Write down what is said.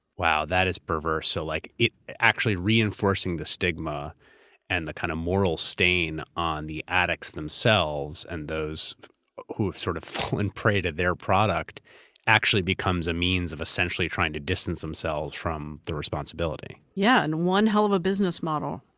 wow, that is perverse. so like it actually reinforcing the stigma and the kind of moral stain on the addicts themselves and those who have sort of fallen prey to their product actually becomes a means of essentially trying to distance themselves from the responsibility. yeah, and one hell of a business model.